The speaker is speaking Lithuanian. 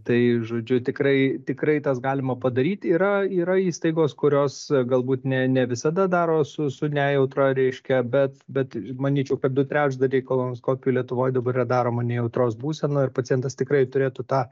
tai žodžiu tikrai tikrai tas galima padaryti yra yra įstaigos kurios galbūt ne ne visada daro su su nejautra reiškia bet bet manyčiau kad du trečdaliai kolonoskopijų lietuvoj dabar yra daroma nejautros būsenoj pacientas tikrai turėtų tą